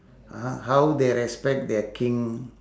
(uh huh) how they respect their king